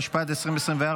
התשפ"ד 2024,